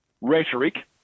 rhetoric